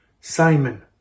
Simon